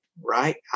right